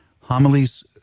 Homilies